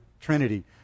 Trinity